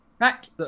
Right